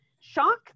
shock